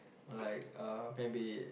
like uh maybe